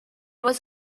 was